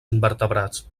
invertebrats